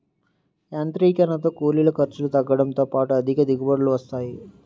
యాంత్రీకరణతో కూలీల ఖర్చులు తగ్గడంతో పాటు అధిక దిగుబడులు వస్తాయి